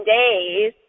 days